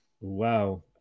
Wow